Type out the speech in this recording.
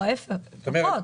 לא, ההיפך, פחות.